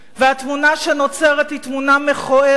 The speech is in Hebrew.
והתמונה שנוצרת היא תמונה מכוערת.